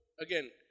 Again